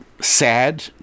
sad